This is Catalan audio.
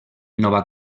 nova